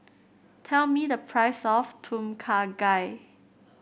tell me the price of Tom Kha Gai